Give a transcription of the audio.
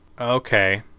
Okay